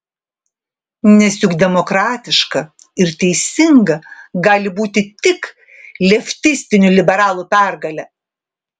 nes juk demokratiška ir teisinga gali būti tik leftistinių liberalų pergalė